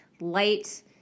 light